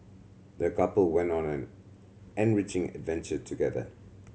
the couple went on an enriching adventure together